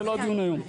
זה לא הדיון היום,